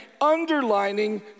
underlining